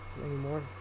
anymore